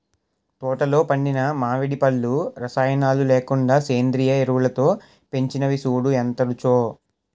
తోటలో పండిన మావిడి పళ్ళు రసాయనాలు లేకుండా సేంద్రియ ఎరువులతో పెంచినవి సూడూ ఎంత రుచో